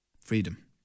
Freedom